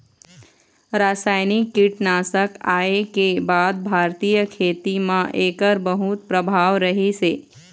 रासायनिक कीटनाशक आए के बाद भारतीय खेती म एकर बहुत प्रभाव रहीसे